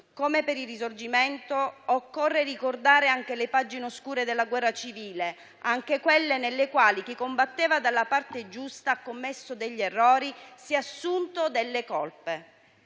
come per il Risorgimento, occorre ricordare anche le pagine oscure della guerra civile, anche quelle nelle quali chi combatteva dalla parte giusta ha commesso degli errori e si è assunto delle colpe.